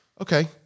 okay